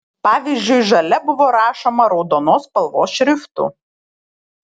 pavyzdžiui žalia buvo rašoma raudonos spalvos šriftu